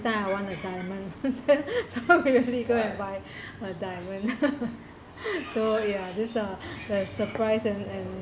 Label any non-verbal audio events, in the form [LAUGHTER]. time I want a diamond [LAUGHS] so he really go and buy [BREATH] a diamond [LAUGHS] so ya these are the surprise and and